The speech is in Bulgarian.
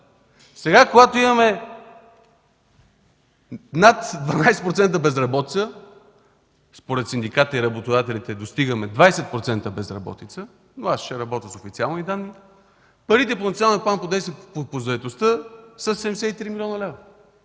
Сега, когато имаме над 12% безработица – според синдикати и работодатели достигаме 20% безработица, но аз ще работя с официални данни, парите по Националния план за действие по заетостта са 73 млн. лв.?!